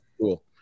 cool